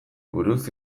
buruz